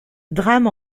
drame